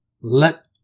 let